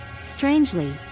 strangely